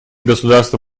государства